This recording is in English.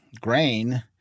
grain